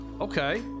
okay